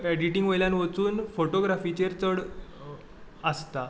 editing वयल्यान वचून फॉटोग्राफिचेर चड आसता